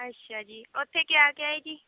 ਅੱਛਾ ਜੀ ਉੱਥੇ ਕਿਆ ਕਿਆ ਹੈ ਜੀ